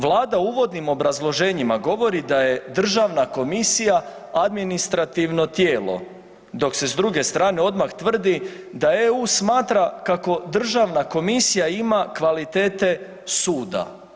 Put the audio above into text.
Vlada u uvodnim obrazloženjima govori da je državna komisija administrativno tijelo, dok se s druge strane odmah tvrdi da EU smatra kako državna komisija ima kvalitete suda.